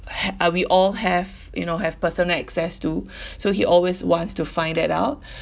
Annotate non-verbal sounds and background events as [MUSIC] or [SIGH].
ha~ uh we all have you know have personal access to [BREATH] so he always wants to find that out [BREATH]